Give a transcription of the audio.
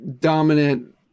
dominant